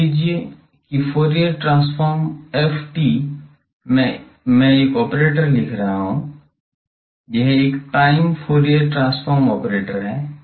मान लीजिए कि फूरियर ट्रांसफॉर्म Ft मैं एक ऑपरेटर लिख रहा हूं यह एक टाइम फूरियर ट्रांसफॉर्म ऑपरेटर है